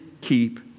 keep